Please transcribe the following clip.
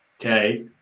Okay